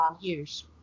years